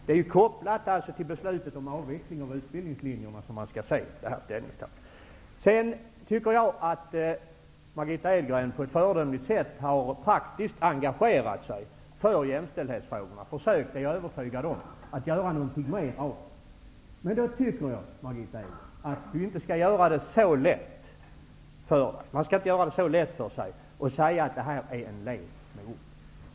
Det är ju kopplat till beslutet om en avveckling av utbildningslinjerna som detta ställningstagande skall ses. Margitta Edgren har på ett föredömligt sätt engagerat sig i jämställdhetsfrågorna. Hon har försökt, det är jag övertygad om, att göra något mera av dessa. Men jag tycker att Margitta Edgren inte skall göra det så lätt för sig och bara säga att det är fråga om en lek med ord.